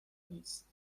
نیست